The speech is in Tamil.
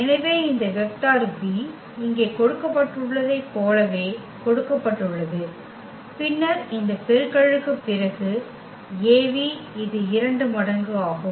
எனவே இந்த வெக்டர் v இங்கே கொடுக்கப்பட்டுள்ளதைப் போலவே கொடுக்கப்பட்டுள்ளது பின்னர் இந்த பெருக்கலுக்கு பிறகு Av இது 2 மடங்கு ஆகும்